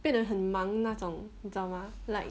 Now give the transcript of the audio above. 变得很很忙那种你知道吗 like